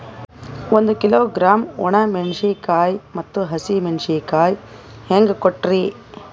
ಒಂದ ಕಿಲೋಗ್ರಾಂ, ಒಣ ಮೇಣಶೀಕಾಯಿ ಮತ್ತ ಹಸಿ ಮೇಣಶೀಕಾಯಿ ಹೆಂಗ ಕೊಟ್ರಿ?